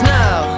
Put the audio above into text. now